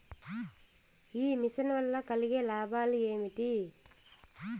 ఈ మిషన్ వల్ల కలిగే లాభాలు ఏమిటి?